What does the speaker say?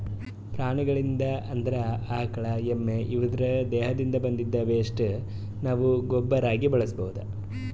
ಪ್ರಾಣಿಗಳ್ದು ಅಂದ್ರ ಆಕಳ್ ಎಮ್ಮಿ ಇವುದ್ರ್ ದೇಹದಿಂದ್ ಬಂದಿದ್ದ್ ವೆಸ್ಟ್ ನಾವ್ ಗೊಬ್ಬರಾಗಿ ಬಳಸ್ಬಹುದ್